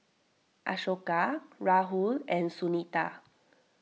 Ashoka Rahul and Sunita